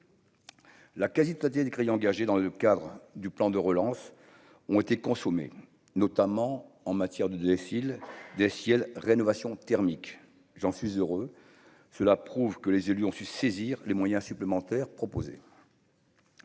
la quasi toute durée des crédits engagés dans le cadre du plan de relance ont été consommées notamment en matière de de Cécile des ciels rénovation thermique, j'en suis heureux, cela prouve que les élus ont su saisir les moyens supplémentaires proposés.